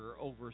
over